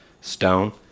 stone